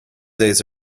days